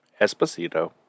Esposito